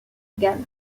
galles